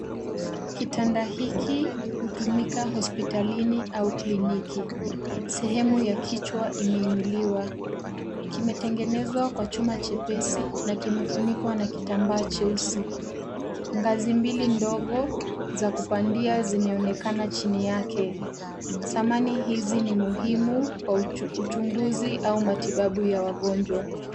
Kitanda hiki hutumika hospitalini au kliniki. Sehemu ya kichwa imeinuliwa. Kimetengenezwa kwa chuma chepesi na kimefunikwa na kitamba cheusi. Ngazi mbili ndogo za kupandia zimeonekana chini yake. Samani hizi ni muhimu kwa uchunguzi au matibabu ya wagonjwa.